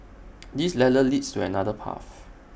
this ladder leads to another path